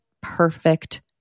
perfect